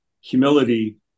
humility